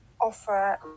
offer